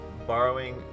borrowing